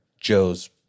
Joe's